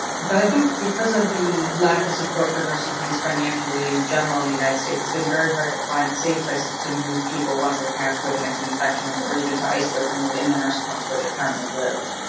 but i think because of the lack of support for nursing homes financially in general in the united states it has been very hard to find safe places to move people once they have covid nineteen infections, or even to isolate them within the nursing homes where they currently live.